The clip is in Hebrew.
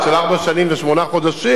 שנים ושמונה חודשים,